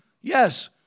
Yes